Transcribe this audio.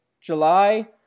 July